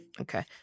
Okay